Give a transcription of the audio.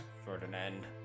Ferdinand